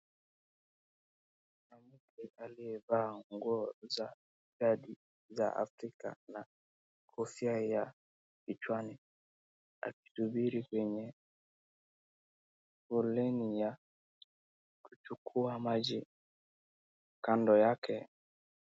Kuna mtu aliyevaa nguo za dhadi ya Afrika na kofia ya kichwani akisubiri kwenye foleni ya kuchukua maji kando yake.